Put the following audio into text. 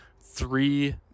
three